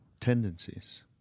tendencies